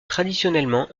traditionnellement